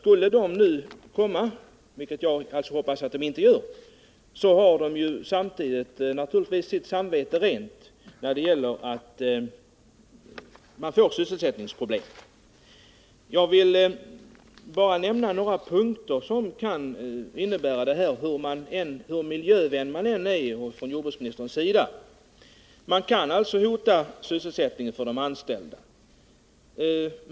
Skulle nu sysselsättningsproblem uppstå — vilket jag hoppas att det inte gör — har naturligtvis bilindustrin rent samvete. Jag vill nämna några följder som införandet av dessa nya bestämmelser kan få — hur mycket miljövän jordbruksministern än är. Detta kan alltså hota sysselsättningen: för de anställda.